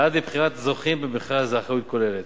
עד לבחירת זוכים במכרז לאחריות כוללת.